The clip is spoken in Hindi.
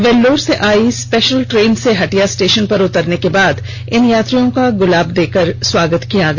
वेल्लोर से आयी स्पेशल ट्रेन से हटिया स्टेशन पर उतरने के बाद इन यात्रियों का गुलाब देकर स्वागत किया गया